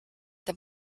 the